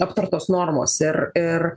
aptartos normos ir ir